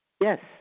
Yes